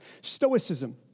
Stoicism